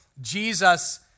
Jesus